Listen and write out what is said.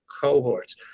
cohorts